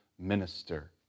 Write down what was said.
Minister